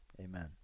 Amen